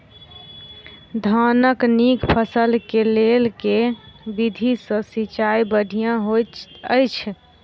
धानक नीक फसल केँ लेल केँ विधि सँ सिंचाई बढ़िया होइत अछि?